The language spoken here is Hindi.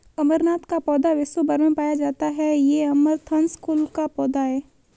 अमरनाथ का पौधा विश्व् भर में पाया जाता है ये अमरंथस कुल का पौधा है